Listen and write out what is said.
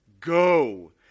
Go